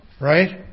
Right